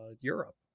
Europe